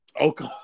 Okay